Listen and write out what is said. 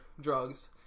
drugs